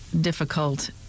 difficult